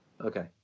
Okay